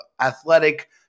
athletic